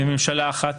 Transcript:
וממשלה אחת,